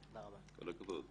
כל הכבוד.